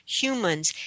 humans